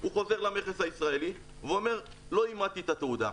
הוא חוזר למכס הישראלי ואומר: לא אימתי את התעודה.